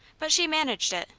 but she managed it,